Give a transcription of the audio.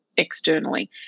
externally